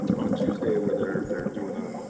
on tuesday where they're they're doing a